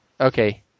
okay